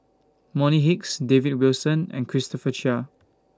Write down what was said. Bonny Hicks David Wilson and Christopher Chia